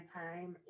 time